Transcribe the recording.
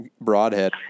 broadhead